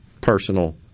personal